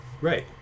Right